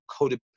codependent